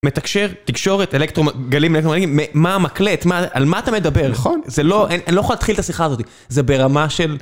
מתקשר, תקשורת, אלקטרוגלים, מה המקלט? על מה אתה מדבר? נכון. זה לא, אני לא יכול להתחיל את השיחה הזאת, זה ברמה של...